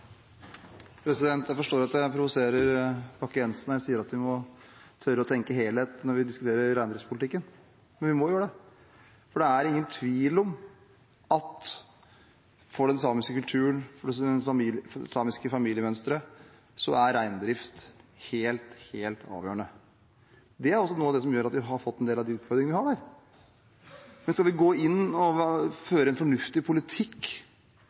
Jeg forstår at jeg provoserer Bakke-Jensen når jeg sier at vi må tørre å tenke helhet når vi diskuterer reindriftspolitikken. Men det må vi gjøre, for det er ingen tvil om at for den samiske kulturen og det samiske familiemønsteret er reindrift helt avgjørende. Dette er også noe av det som gjør at vi har fått disse utfordringene. Skal vi gå inn og føre en fornuftig reindriftspolitikk, må vi forstå hvilke følelser vi setter i sving når vi